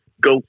go